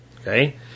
okay